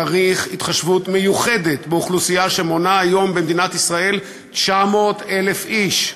צריך התחשבות מיוחדת באוכלוסייה שמונה היום במדינת ישראל 900,000 איש.